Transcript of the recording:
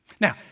Now